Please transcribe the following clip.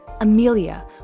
Amelia